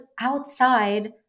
outside